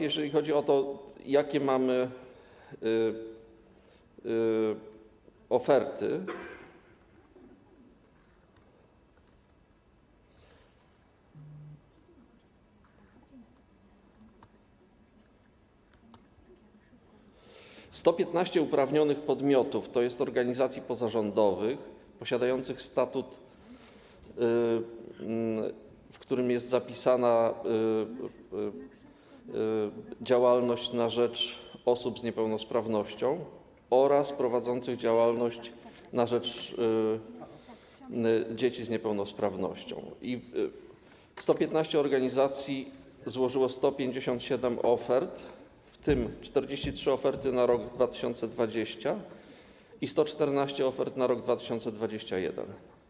Jeżeli chodzi o to, jakie mamy oferty, 115 uprawnionych podmiotów, tj. organizacji pozarządowych posiadających statut, w którym jest zapisana działalność na rzecz osób z niepełnosprawnością, oraz prowadzących działalność na rzecz dzieci z niepełnosprawnością, złożyło 157 ofert, w tym 43 oferty na rok 2020 i 114 ofert na rok 2021.